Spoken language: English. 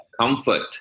comfort